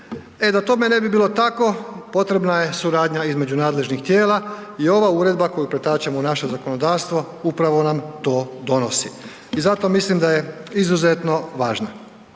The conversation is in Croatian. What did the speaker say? da tome ne bi bilo tako potrebna je suradnja između nadležnih tijela i ova uredba koju pretačemo u našem zakonodavstvo upravo nam to donosi i zato mislim da je izuzetno važna.